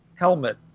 helmet